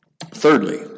thirdly